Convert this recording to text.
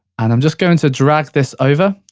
and i'm just going to drag this over,